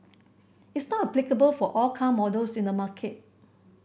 it's not applicable for all car models in the market